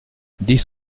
dix